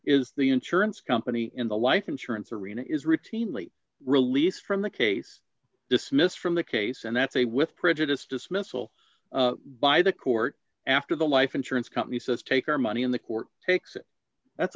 is the insurance company in the life insurance arena is routinely released from the case dismissed from the case and that's a with prejudice dismissal by the court after the life insurance company says take our money and the court d takes it that's